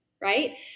right